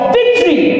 victory